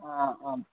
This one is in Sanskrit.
आम्